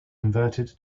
converted